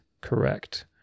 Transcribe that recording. correct